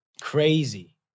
crazy